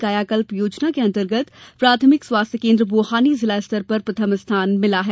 कायाकल्प योजना के अंतर्गत प्राथमिक स्वास्थ्य केन्द्र बोहानी जिला स्तर पर प्रथम स्थान मिला है